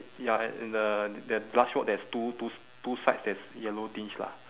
ya and and the the last rock there's two two s~ two sides that's yellow tinge lah